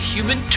Human